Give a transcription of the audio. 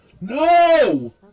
No